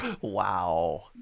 wow